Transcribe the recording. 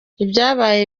ibyabaye